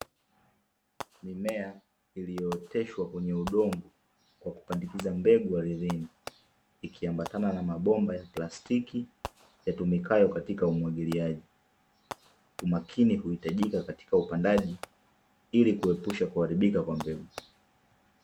Mimea iliyooteshwa kwenye udogo kwa kupandikiza mbegu ardhini, ikiambatana na mabomba ya plastiki yatumikayo katika umwagiliaji. Umakini huhitajika katika upandaji ili kuepusha kuharibika kwa mbegu.